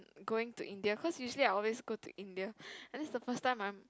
going to India cause usually I always go to India and this is the first time I'm